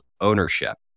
ownership